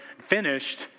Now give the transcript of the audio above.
finished